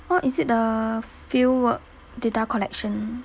oh is it the field work data collection